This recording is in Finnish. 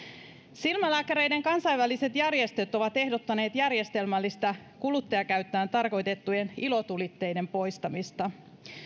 silmälääkäreiden kansainväliset järjestöt ovat ehdottaneet järjestelmällistä kuluttajakäyttöön tarkoitettujen ilotulitteiden poistamista